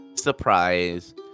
surprise